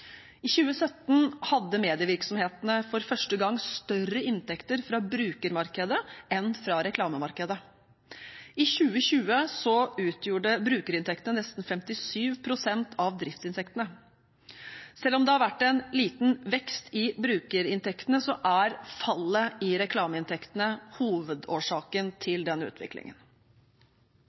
I 2017 hadde medievirksomhetene for første gang større inntekter fra brukermarkedet enn fra reklamemarkedet. I 2020 utgjorde brukerinntektene nesten 57 pst. av driftsinntektene. Selv om det har vært en liten vekst i brukerinntektene, er fallet i reklameinntektene hovedårsaken til den utviklingen.